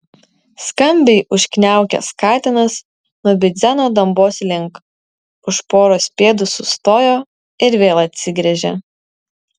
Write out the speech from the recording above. skambiai užkniaukęs katinas nubidzeno dambos link už poros pėdų sustojo ir vėl atsigręžė